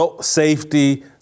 safety